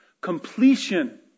completion